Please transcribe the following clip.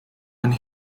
and